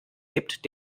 gibt